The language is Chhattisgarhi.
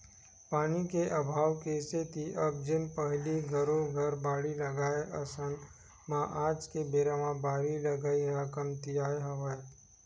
पानी के अभाव के सेती अब जेन पहिली घरो घर बाड़ी लगाय अइसन म आज के बेरा म बारी लगई ह कमतियागे हवय